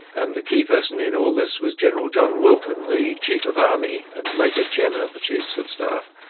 and the key person in all this was general john wilton, the chief of army and later chairman of the chiefs of staff,